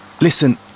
Listen